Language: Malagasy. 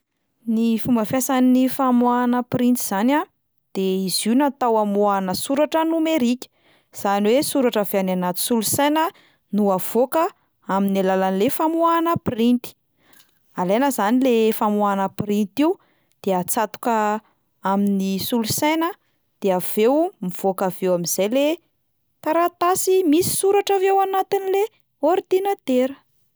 Ny fomba fiasan'ny famoahana printy zany a, de izy io natao hamoahana soratra nomerika, zany hoe soratra avy any anaty solosaina no avoaka amin'ny alalan'le famoahana printy, alaina zany le famoahana printy io de atsatoka amin'ny solosaina de avy eo mivoaka avy eo amin'izay le taratasy misy soratra avy eo anatin'le ordinatera.